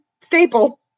staple